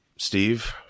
Steve